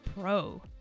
pro